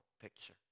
picture